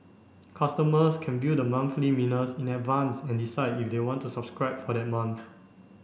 customers can view the monthly in advance and decide if they want to subscribe for that month